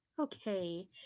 Okay